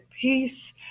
peace